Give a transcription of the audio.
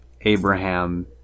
Abraham